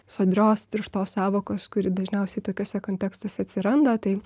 sodrios tirštos sąvokos kuri dažniausiai tokiuose kontekstuose atsiranda tai